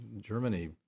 Germany